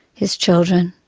his children.